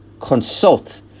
consult